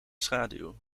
schaduw